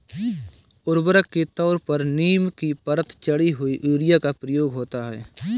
उर्वरक के तौर पर नीम की परत चढ़ी हुई यूरिया का प्रयोग होता है